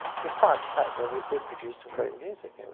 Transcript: despite the fact that it did produce some great music.